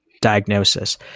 diagnosis